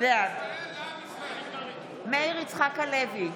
בעד מאיר יצחק הלוי,